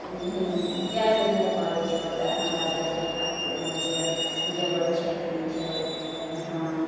ओहुँ जाएले नहि पड़ै छै ओतए हमरा देखै खातिर हमर जे जेवर छै कि नहि छै हाँ